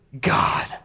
God